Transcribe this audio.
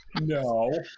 No